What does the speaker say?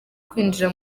kwinjira